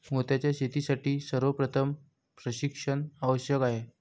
मोत्यांच्या शेतीसाठी सर्वप्रथम प्रशिक्षण आवश्यक आहे